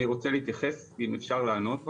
אני רוצה להתייחס, אם אפשר לענות רק?